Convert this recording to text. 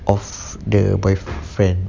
of the boy friend